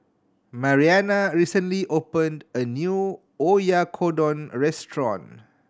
Marianna recently opened a new Oyakodon Restaurant